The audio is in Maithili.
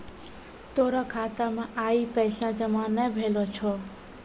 तोरो खाता मे आइ पैसा जमा नै भेलो छौं